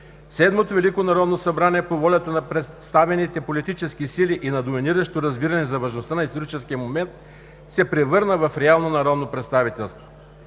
Седмото велико народно събрание по волята на представените политически сили и на доминиращото разбиране за важността на историческия момент се превърна в реално народно представителство.